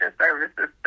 services